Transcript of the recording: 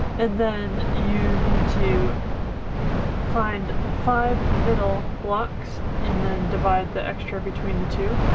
and then you need to find the five middle blocks and then divide the extra between the two.